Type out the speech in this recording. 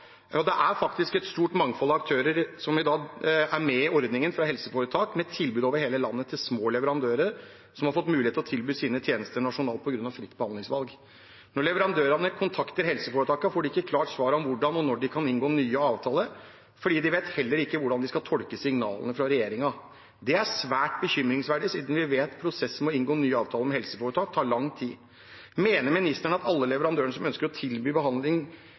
Det er faktisk et stort mangfold aktører som i dag er med i ordningen, fra helseforetak med tilbud over hele landet til små leverandører, som har fått mulighet til å tilby sine tjenester nasjonalt på grunn av fritt behandlingsvalg. Når leverandørene kontakter helseforetakene, får de ikke klart svar om hvordan og når de kan inngå nye avtaler, for de vet heller ikke hvordan de skal tolke signalene fra regjeringen. Det er svært bekymringsfullt, siden vi vet at prosessen med å inngå nye avtaler med helseforetak tar lang tid. Mener ministeren at alle leverandørene som ønsker å tilby